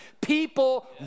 People